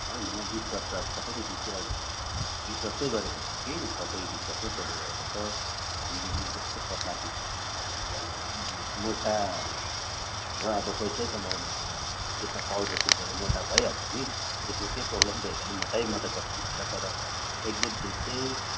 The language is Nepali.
होइन विश्वास त अब सबेले विश्वासै गरेको हुन्छ कि सबै विश्वासमै चलिरहेको छ हामीले पनि त्यस्तो पत्ला दुध गरेको होइन मोटा र अब पैसै कमाउनु भने त त्यसमा पाउडर फिटेर मोटा भइहाल्छ नि त्यसमा केही प्रोब्लेम छैन नि मोटै मात्रै पठाउनु हो भने त तर एक्ज्याक्ट दुध चाहिँ